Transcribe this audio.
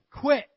Quit